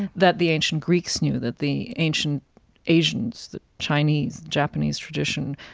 that the ancient greeks knew, that the ancient asians, the chinese, japanese tradition.